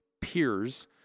peers